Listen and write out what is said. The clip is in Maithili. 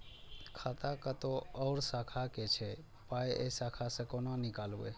खाता कतौ और शाखा के छै पाय ऐ शाखा से कोना नीकालबै?